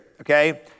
Okay